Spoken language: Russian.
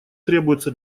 требуется